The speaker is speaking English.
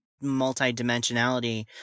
multi-dimensionality